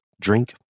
drink